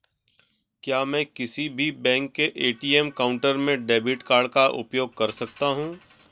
क्या मैं किसी भी बैंक के ए.टी.एम काउंटर में डेबिट कार्ड का उपयोग कर सकता हूं?